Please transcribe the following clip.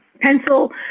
pencil